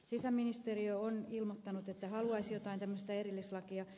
sisäministeriö on ilmoittanut että haluaisi jotain tämmöistä erillislakia